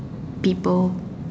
people